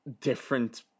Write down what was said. different